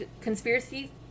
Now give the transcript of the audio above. conspiracy